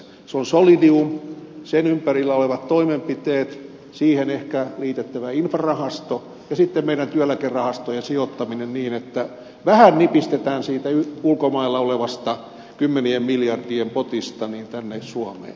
ne ovat solidium sen ympärillä olevat toimenpiteet siihen ehkä liitettävä infrarahasto ja sitten meidän työeläkerahastojen sijoittaminen niin että vähän nipistetään siitä ulkomailla olevasta kymmenien miljardien potista tänne suomeen